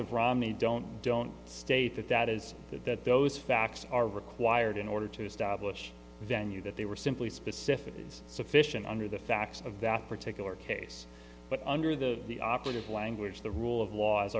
of romney don't don't state that that is that that those facts are required in order to establish venue that they were simply specific is sufficient under the facts of that particular case but under the the operative language the rule of law